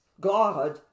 God